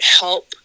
help